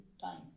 time